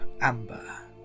amber